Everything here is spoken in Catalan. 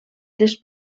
les